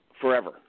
forever